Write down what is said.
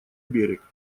берег